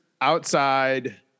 outside